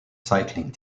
cycling